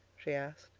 she asked.